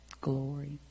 Glory